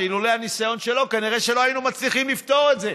שאילולא הניסיון שלו כנראה לא היינו מצליחים לפתור את זה,